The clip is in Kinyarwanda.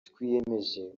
twiyemeje